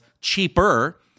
cheaper